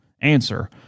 Answer